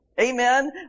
amen